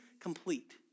complete